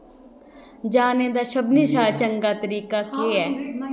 जाने दा सभनें शा चंगा तरीका केह् ऐ